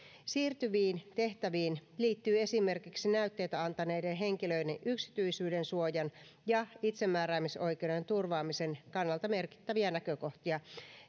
siirtyviin tehtäviin liittyy esimerkiksi näytteitä antaneiden henkilöiden yksityisyydensuojan ja itsemääräämisoikeuden turvaamisen kannalta merkittäviä näkökohtia